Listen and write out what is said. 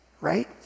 Right